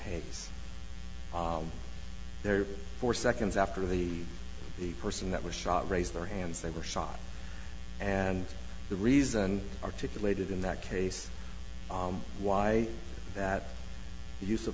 hades there for seconds after the the person that was shot raised their hands they were shot and the reason articulated in that case why that use of